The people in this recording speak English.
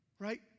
Right